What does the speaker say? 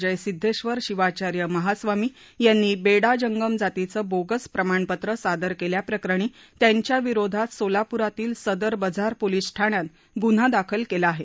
जयसिध्देश्वर शिवाचार्य महास्वामी यांनी बेडा जंगम जातीचं बोगस प्रमाणपत्र सादर केल्याप्रकरणी त्यांच्या विरोधात सोलापुरातील सदर बझार पोलिस ठाण्यात गुन्हा दाखल केला आहे